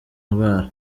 ndwara